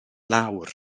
lawr